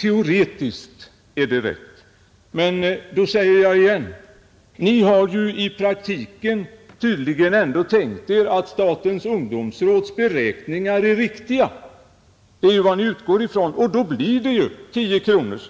Teoretiskt är det riktigt. Men då säger jag igen: Ni har i praktiken tydligen ändå tänkt er att statens ungdomsråds beräkningar är riktiga — det är ju vad ni utgår ifrån — och då blir bidraget 10 kronor.